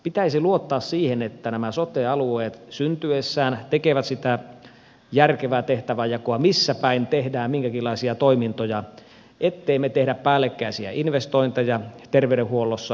pitäisi luottaa siihen että sote alueet syntyessään tekevät sitä järkevää tehtävänjakoa missäpäin tehdään minkäkinlaisia toimintoja ettemme me tee päällekkäisiä investointeja terveydenhuollossa